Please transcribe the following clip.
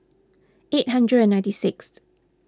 eight hundred and fifty sixth